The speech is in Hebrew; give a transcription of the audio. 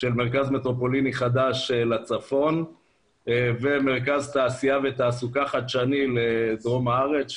של מרכז מטרופוליני חדש לצפון ומרכז תעשייה ותעסוקה חדשני לדרום הארץ,